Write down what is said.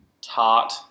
tart